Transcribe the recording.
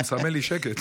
הוא מסמן לי שקט.